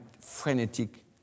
frenetic